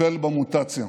לטפל במוטציה.